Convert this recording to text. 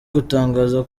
gutangaza